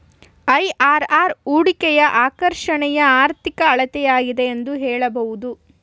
IRR ಹೂಡಿಕೆಯ ಆಕರ್ಷಣೆಯ ಆರ್ಥಿಕ ಅಳತೆಯಾಗಿದೆ ಎಂದು ಹೇಳಬಹುದು